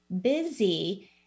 busy